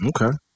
Okay